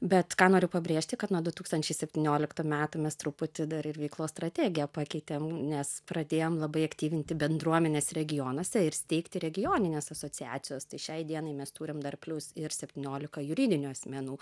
bet ką noriu pabrėžti kad nuo du tūkstančiai septynioliktų metų mes truputį dar ir veiklos strategiją pakeitėm nes pradėjom labai aktyvinti bendruomenes regionuose ir steigti regionines asociacijas šiai dienai mes turim dar plius ir septyniolika juridinių asmenų